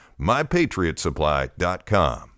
MyPatriotSupply.com